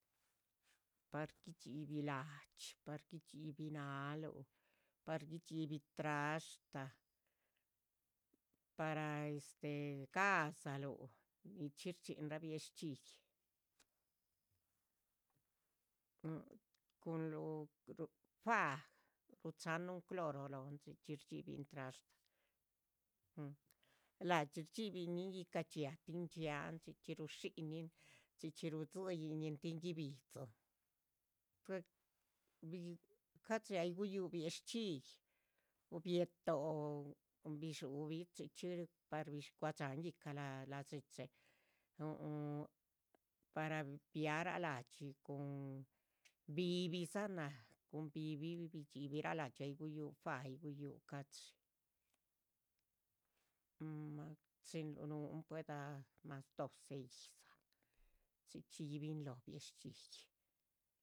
Par guidxibi la'dxi, par guidxibi náahaluh, par guidxibi trashta, para este ga'dzaluh. nichxí shchxín'ra bie shchxíhyi cunluh fáah ruchan núun cloro lóhn chxícxhi. chxíbin trashta, la'dxi chxíbinyi íhca dxhia tín dxíihan chxícxhi rushiñin chxícxhi. rudzwiyinin tin guibidzin cadxii ayiih guyu biec shchxíhyi bietóoh bidxubi chxícxhi. par guadxan ícah la'dxichi par biara la'dxi, cun bibiza naah cun bibi bichxibira. la'dxhi ayiih guyu fá ayiih guyu cadxi chinluh nuún pueda mas doce yídza. chxíchxiyi binlóh bie shchxíhyi.